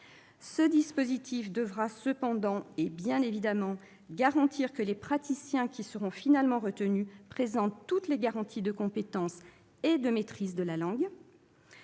Ce dispositif devra cependant et bien évidemment garantir que les praticiens qui seront finalement retenus présentent toutes les garanties de compétence et de maîtrise de la langue.